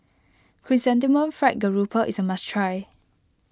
Chrysanthemum Fried Garoupa is a must try